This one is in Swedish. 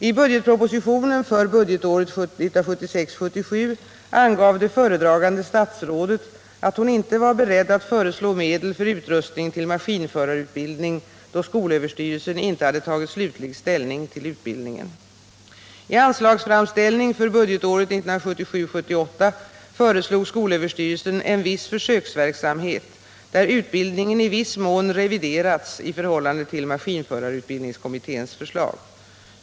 I budgetpropositionen för budgetåret 1976 78 föreslog skolöverstyrelsen en viss försöksverksamhet, där utbildningen i viss mån reviderats i förhållande till maskinförarutbildningskommitténs förslag.